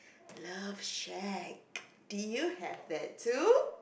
love shack did you have that too